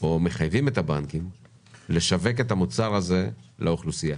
או מחייבים את הבנקים לשווק את המוצר הזה לאוכלוסייה,